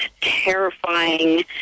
terrifying